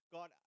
God